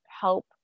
help